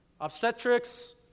Obstetrics